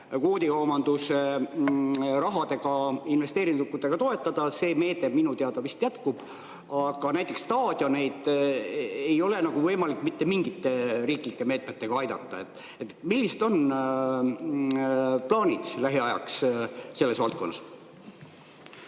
CO2kvoodikaubanduse rahadega, investeeringutega toetada. See meede minu teada vist jätkub. Aga näiteks staadioneid ei ole võimalik mitte mingite riiklike meetmetega aidata. Millised on plaanid lähiajaks selles valdkonnas?